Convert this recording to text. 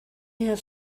have